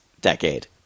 decade